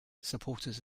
supporters